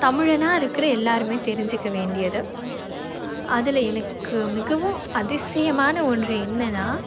தமிழனா இருக்கிற எல்லாருமே தெரிஞ்சிக்க வேண்டியது அதில் எனக்கு மிகவும் அதிசயமான ஒன்று என்னன்னா